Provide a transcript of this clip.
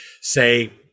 say